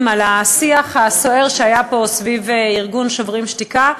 על השיח הסוער שהיה פה סביב ארגון "שוברים שתיקה"